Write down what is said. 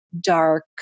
dark